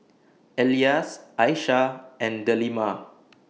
Elyas Aishah and Delima